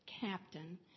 captain